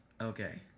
Okay